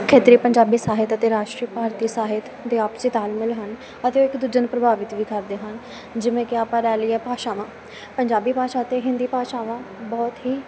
ਖੇਤਰੀ ਪੰਜਾਬੀ ਸਾਹਿਤ ਅਤੇ ਰਾਸ਼ਟਰੀ ਭਾਰਤੀ ਸਾਹਿਤ ਦੇ ਆਪਸੀ ਤਾਲਮੇਲ ਹਨ ਅਤੇ ਇੱਕ ਦੂਜੇ ਨੂੰ ਪ੍ਰਭਾਵਿਤ ਵੀ ਕਰਦੇ ਹਨ ਜਿਵੇਂ ਕਿ ਆਪਾਂ ਲੈ ਲਈਏ ਭਾਸ਼ਾਵਾਂ ਪੰਜਾਬੀ ਭਾਸ਼ਾ ਅਤੇ ਹਿੰਦੀ ਭਾਸ਼ਾਵਾਂ ਬਹੁਤ ਹੀ